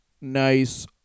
Nice